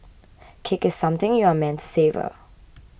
cake is something you are meant to savour